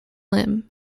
lim